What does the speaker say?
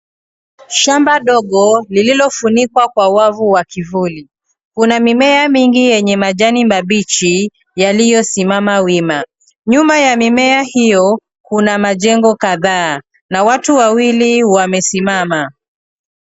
Shamba dogo lililofunikwa kwa wavu wa kivuli. Kuna mimea mingi ya majani mabichi yaliyosimama wima. Nyuma ya mimea hio kuna majengo kadhaa na watu wawili wamesimama.